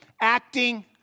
acting